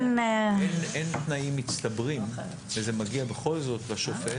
אם אין תנאים מצטברים וזה בכל זאת מגיע לשופט,